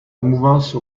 mouvance